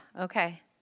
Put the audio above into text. Okay